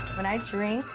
when i um drink,